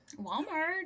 Walmart